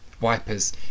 wipers